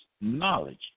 knowledge